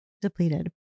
depleted